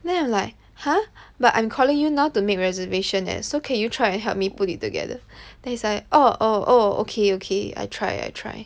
then I'm like !huh! but I'm calling you now to make reservation leh so can you try and help me put it together then he's like oh oh okay okay I try I try